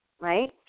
right